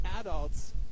adults